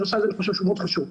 המשרד הזה מאוד חשוב.